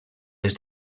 les